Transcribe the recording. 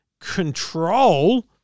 control